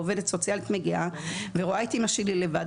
העובדת הסוציאלית מגיעה ורואה את אימא שלי לבד.